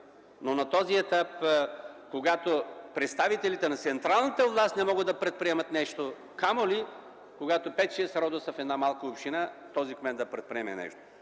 но на този етап, когато представителите на централната власт не могат да предприемат нещо, камо ли когато пет-шест рода са в една малка община, този кмет да предприеме нещо.